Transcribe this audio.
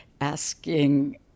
asking